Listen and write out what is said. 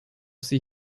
sie